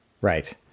Right